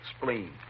Spleen